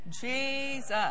Jesus